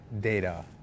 data